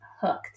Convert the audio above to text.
hooked